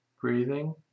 breathing